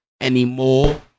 anymore